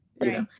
Right